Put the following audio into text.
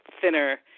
thinner